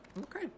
Okay